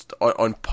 on